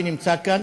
שנמצא כאן,